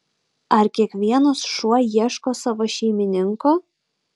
ar kiekvienas šuo ieško savo šeimininko